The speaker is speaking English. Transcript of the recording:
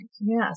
yes